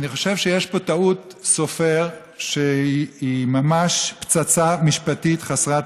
אני חושב שיש פה טעות סופר שהיא ממש פצצה משפטית חסרת תקדים.